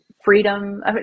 freedom